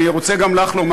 אני רוצה גם לך לומר,